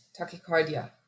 tachycardia